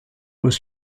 was